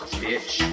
bitch